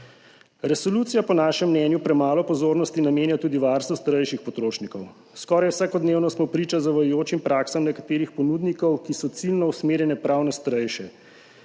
Resolucija po našem mnenju premalo pozornosti namenja tudi varstvu starejših potrošnikov. Skoraj vsakodnevno smo priča zavajajočim praksam nekaterih ponudnikov, ki so ciljno usmerjene prav na starejše.